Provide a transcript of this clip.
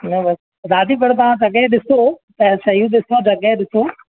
न बसि दादी पर तव्हां जॻहि ॾिसो त शयूं ॾिसो जॻहि ॾिसो